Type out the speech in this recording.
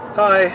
hi